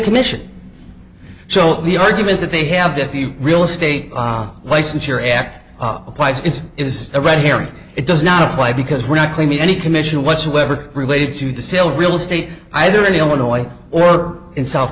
commission so the argument that they have that the real estate law license your act applies is is a red herring it does not apply because we're not claiming any commission whatsoever related to the sale real estate either in illinois or in south